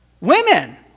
Women